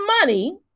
money